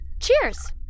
Cheers